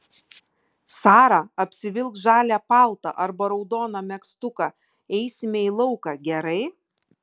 sara apsivilk žalią paltą arba raudoną megztuką eisime į lauką gerai